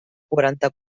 quaranta